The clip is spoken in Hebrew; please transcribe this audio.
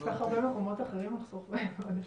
יש כל כך הרבה מקומות אחרים לחסוך בהם.